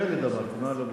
פלד אמרתי, מה לא בסדר?